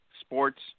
Sports